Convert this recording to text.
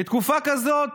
בתקופה כזאת,